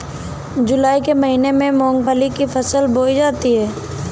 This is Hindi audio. जूलाई के महीने में मूंगफली की फसल बोई जाती है